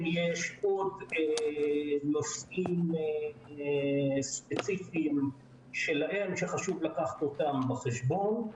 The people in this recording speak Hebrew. יש עוד נושאים ספציפיים שחשוב לקחת בחשבון.